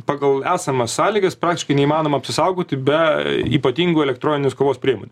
pagal esamas sąlygas praktiškai neįmanoma apsisaugoti be ypatingų elektroninės kovos priemonių